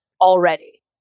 already